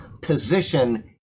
position